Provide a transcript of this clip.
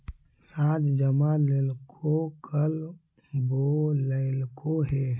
आज जमा लेलको कल बोलैलको हे?